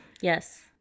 Yes